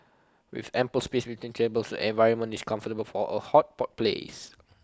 with ample space between tables the environment is comfortable for A hot pot place